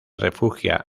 refugia